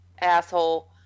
asshole